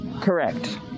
Correct